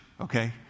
okay